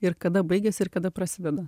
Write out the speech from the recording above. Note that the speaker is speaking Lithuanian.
ir kada baigiasi ir kada prasideda